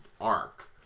arc